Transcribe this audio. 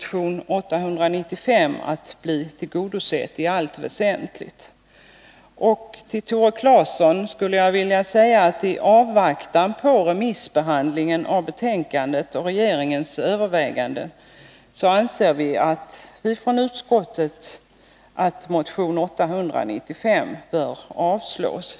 Till Tore Claeson skulle jag vilja säga att i avvaktan på remissbehandlingen av betänkandet och regeringens överväganden anser vi i utskottet att motion 895 bör avslås.